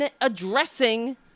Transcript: addressing